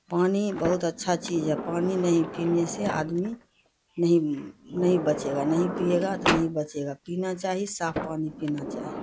پانی بہت اچھا چیز ہے پانی نہیں پینے سے آدمی نہیں نہیں بچے گا نہیں پیے گا تو نہیں بچے گا پینا چاہی صاف پانی پینا چاہی